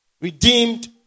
redeemed